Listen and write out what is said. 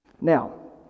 Now